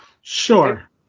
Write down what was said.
Sure